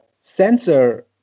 sensor